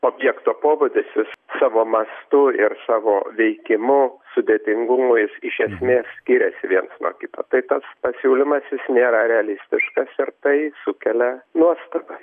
objekto pobūdis jis savo mastu ir savo veikimu sudėtingumu jis iš esmės skiriasi vienas nuo kito tai tas pasiūlymas jis nėra realistiškas ir tai sukelia nuostabą